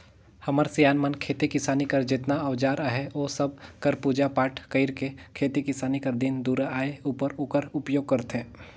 हमर सियान मन खेती किसानी कर जेतना अउजार अहे ओ सब कर पूजा पाठ कइर के खेती किसानी कर दिन दुरा आए उपर ओकर उपियोग करथे